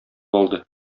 алды